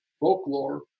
folklore